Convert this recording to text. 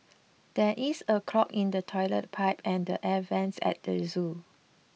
there is a clog in the toilet pipe and the air vents at the zoo